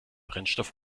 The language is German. brennstoff